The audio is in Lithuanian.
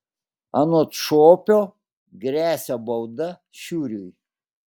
anot šopio gresia bauda šiuriui